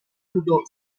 nudo